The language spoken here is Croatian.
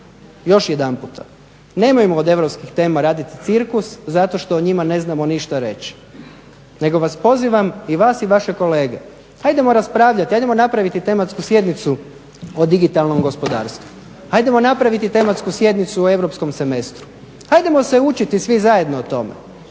još jedanputa nemojmo od europskih tema raditi cirkus zato što o njima ne znamo ništa reći. Nego vas pozivam, i vas i vaše kolege, ajdemo raspravljati, ajdemo napraviti tematsku sjednicu o digitalnom gospodarstvu. Ajdemo napraviti tematsku sjednicu o europskom semestru. Ajdemo se učiti svi zajedno o tome.